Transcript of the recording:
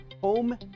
home